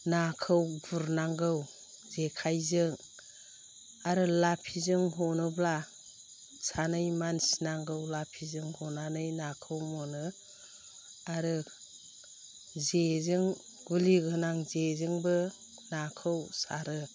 नाखौ गुरनांगौ जेखाइजों आरो लाफिजों हनोब्ला सानै मानसि नांगौ लाफिजों हनानै नाखौ मोनो आरो जेजों गुलिगोनां जेजोंबो नाखौ सारो